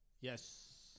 Yes